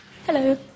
Hello